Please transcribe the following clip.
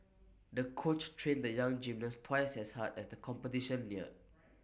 the coach trained the young gymnast twice as hard as the competition neared